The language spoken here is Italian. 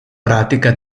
pratica